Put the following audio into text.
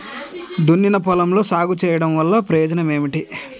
దున్నిన పొలంలో సాగు చేయడం వల్ల ప్రయోజనం ఏమిటి?